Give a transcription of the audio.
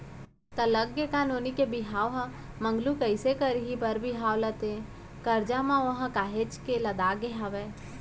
त लग गे का नोनी के बिहाव ह मगलू कइसे करही बर बिहाव ला ते करजा म ओहा काहेच के लदागे हवय